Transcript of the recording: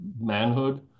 manhood